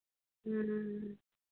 ह्म्म